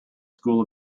school